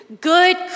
Good